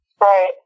Right